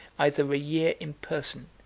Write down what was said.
either a year in person,